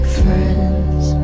friends